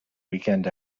weekend